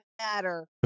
matter